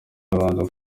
abanza